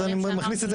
אז אני מכניס את זה,